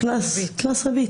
קנס ריבית